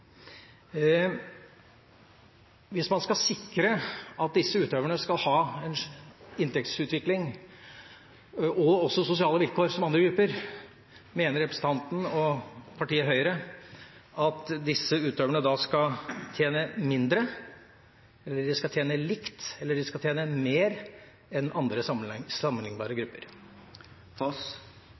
Hvis man skal sikre at disse utøverne skal ha en inntektsutvikling og også sosiale vilkår som andre grupper, mener representanten og partiet Høyre at disse utøverne da skal tjene mindre enn, tjene like mye som eller tjene mer enn andre, sammenlignbare, grupper?